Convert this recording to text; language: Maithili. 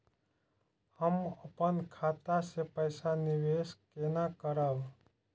हम अपन खाता से पैसा निवेश केना करब?